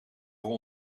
voor